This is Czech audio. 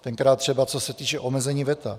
Tenkrát třeba co se týče omezení veta.